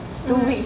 what